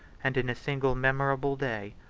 and in a single memorable day,